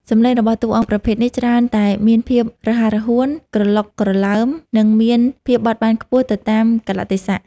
សំឡេងរបស់តួអង្គប្រភេទនេះច្រើនតែមានភាពរហ័សរហួន ក្រឡុកក្រឡើម និងមានភាពបត់បែនខ្ពស់ទៅតាមកាលៈទេសៈ